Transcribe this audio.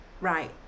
right